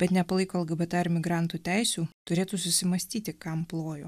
bet nepalaiko ilgų bet ar migrantų teisių turėtų susimąstyti kam plojo